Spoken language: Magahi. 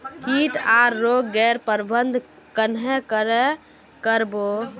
किट आर रोग गैर प्रबंधन कन्हे करे कर बो?